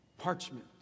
parchment